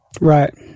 Right